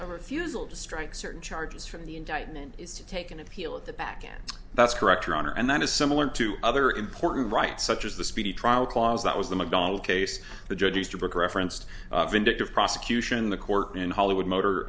a refusal to strike certain charges from the indictment is to take an appeal at the back end that's correct your honor and that is similar to other important rights such as the speedy trial clause that was the mcdonnell case the judge easterbrook referenced vindictive prosecution the court in hollywood motor